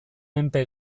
menpe